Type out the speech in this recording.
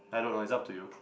I don't know it's up to you